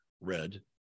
Red